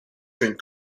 drink